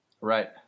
Right